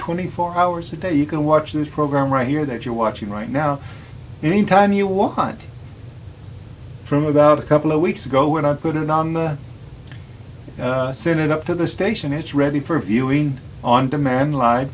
twenty four hours a day you can watch this program right here that you're watching right now any time you want from about a couple of weeks ago when i put it on the senate up to the station it's ready for viewing on demand